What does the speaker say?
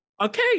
Okay